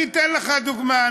אני אתן לך דוגמה.